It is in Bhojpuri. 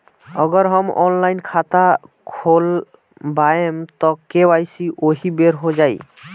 अगर हम ऑनलाइन खाता खोलबायेम त के.वाइ.सी ओहि बेर हो जाई